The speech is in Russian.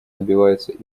добивается